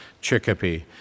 Chicopee